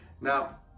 Now